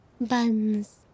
Buns